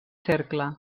cercle